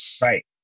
Right